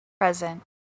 present